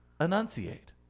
enunciate